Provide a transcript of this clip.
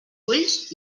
ulls